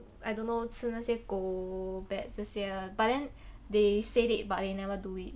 I don't know 吃那些狗 bat 这些 lah but then they said it but they never do it